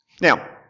Now